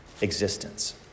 existence